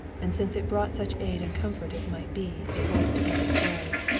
and since it brought such aid and comfort as might be it was to be destroyed.